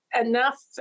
enough